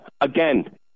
Again